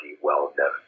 well-known